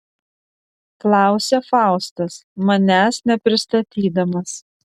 klausia faustas manęs nepristatydamas